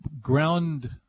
ground